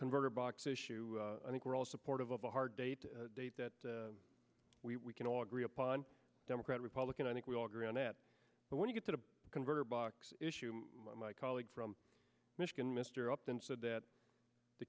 converter box issue i think we're all supportive of a hard day to date that we can all agree upon democrat republican i think we all agree on that but when you get to the converter box issue my colleague from michigan mr upton said that the